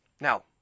Now